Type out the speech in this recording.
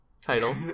title